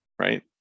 Right